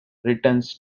returns